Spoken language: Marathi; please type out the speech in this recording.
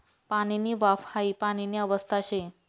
पाणीनी वाफ हाई पाणीनी अवस्था शे